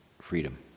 freedom